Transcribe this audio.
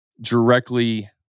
directly